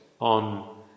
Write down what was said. on